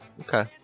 Okay